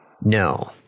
No